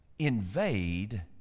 invade